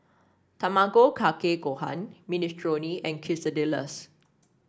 Tamago Kake Gohan Minestrone and Quesadillas